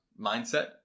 mindset